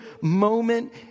moment